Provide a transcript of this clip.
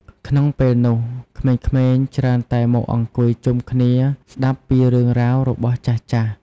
ក្នុងពេលនោះ ក្មេងៗច្រើនតែមកអង្គុយជុំគ្នាស្ដាប់ពីរឿងរ៉ាវរបស់ចាស់ៗ។